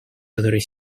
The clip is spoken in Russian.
которые